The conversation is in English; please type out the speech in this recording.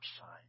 sign